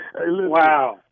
Wow